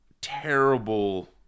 terrible